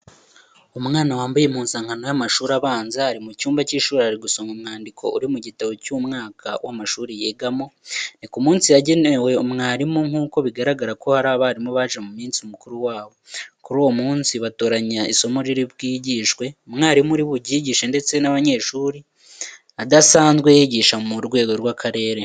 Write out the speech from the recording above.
Umwana wambaye impuzankano y'amashuri abanza ari mu cyumba cy'ishuri ari gusoma umwandiko uri mu gitabo cy'umwaka w'amashuri yigamo. Ni ku munsi wagenewe mwarimu nk'uko bigaragara ko hari abarimu baje mu munsi mukuru wabo. Kuri uwo munsi batoranya isomo riri bwigishwe, umwarimu uri buryigishe ndetse n'abanyeshuri adasanzwe yigisha mu rwego rw'akarere.